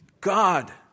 God